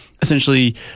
essentially